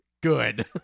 Good